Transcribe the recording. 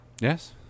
Yes